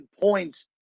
points